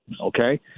okay